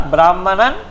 Brahmanan